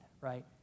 right